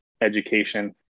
education